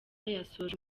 yasoje